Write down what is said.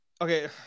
Okay